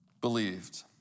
believed